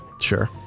Sure